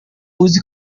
uzi